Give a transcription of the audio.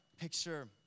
picture